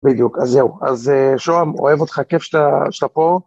בדיוק אז זהו. אז שוהם אוהב אותך כיף שאתה פה.